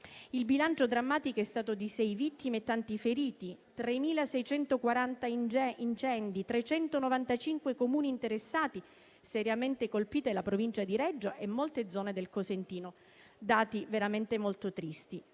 Il bilancio drammatico è stato di sei vittime e tanti feriti, 3.640 incendi, 395 Comuni interessati (seriamente colpite la Provincia di Reggio e molte zone del cosentino). Si tratta di dati veramente molto tristi.